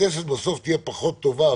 שהכנסת בסוף תהיה פחות טובה,